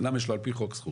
כי על פי חוק יש לו זכות,